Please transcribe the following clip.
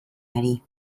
ari